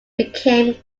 became